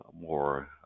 more